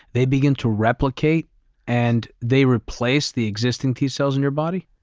they begin to replicate and they replace the existing t-cells in your body?